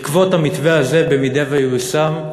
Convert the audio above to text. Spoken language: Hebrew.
בעקבות המתווה הזה, במידה שייושם,